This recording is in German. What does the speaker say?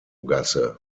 gasse